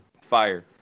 Fire